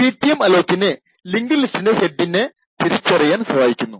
ഇത് പിട്ടിഎംഅലോകിന് ലിങ്ക്ഡ് ലിസ്റ്റിന്റെ ഹെഡിനെ തിരിച്ചറിയാൻ സഹായിക്കുന്നു